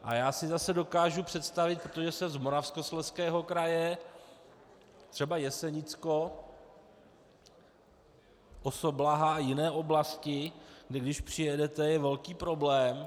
A já si zase dokážu představit, protože jsem z Moravskoslezského kraje, třeba Jesenicko, Osoblaha a jiné oblasti, když přijedete, velký problém.